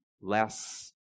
less